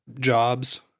jobs